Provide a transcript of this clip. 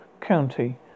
County